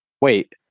Wait